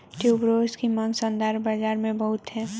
tuberose की मांग सौंदर्य बाज़ार में बहुत है